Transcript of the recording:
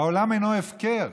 העולם אינו הפקר.